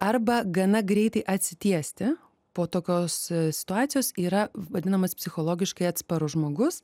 arba gana greitai atsitiesti po tokios situacijos yra vadinamas psichologiškai atsparus žmogus